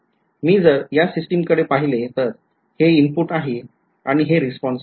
मी जर यासिस्टिमकडे पहिले तर हे इनपुट आहे आणि हे रिस्पॉन्स आहे